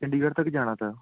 ਚੰਡੀਗੜ੍ਹ ਤੱਕ ਜਾਣਾ ਤਾ